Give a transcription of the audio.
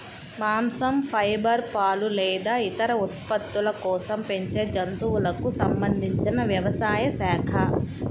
మాంసం, ఫైబర్, పాలు లేదా ఇతర ఉత్పత్తుల కోసం పెంచే జంతువులకు సంబంధించిన వ్యవసాయ శాఖ